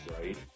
right